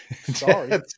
Sorry